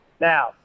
Now